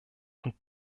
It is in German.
und